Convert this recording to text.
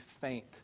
faint